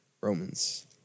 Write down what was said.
Romans